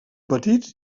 petits